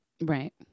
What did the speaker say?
Right